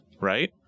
right